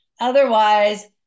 Otherwise